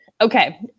Okay